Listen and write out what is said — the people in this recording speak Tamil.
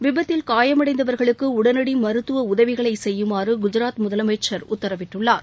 விபத்தில் காணமடைந்தவா்களுக்கு உடனடி மருத்துவ உதவிகளை செய்யுமாறு கஜராத் முதலமைச்சர் உத்தரவிட்டுள்ளார்